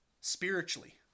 spiritually